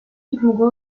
түрмөгө